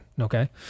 Okay